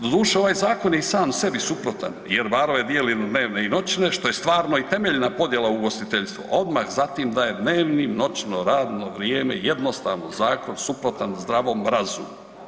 Doduše ovaj zakon je i sam sebi suprotan jer barove dijeli na dnevne i noćne što je stvarno i temeljna podjela u ugostiteljstvu, a onda zatim da je dnevni, noćno radno vrijeme jednostavno zakon suprotan zdravom razumu.